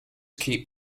keep